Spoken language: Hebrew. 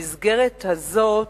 במסגרת הזאת,